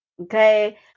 Okay